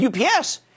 UPS